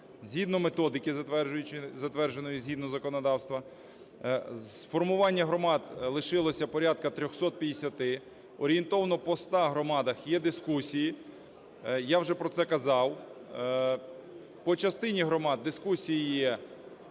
згідно методики, затвердженої згідно законодавства. З формування громад лишилося порядку 350. Орієнтовно по ста громадах є дискусії. Я вже про це казав. По частині громад дискусії є